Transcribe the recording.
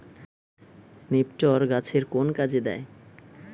নিপটর গাছের কোন কাজে দেয়?